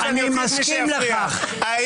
מסכים לכך,